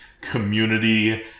community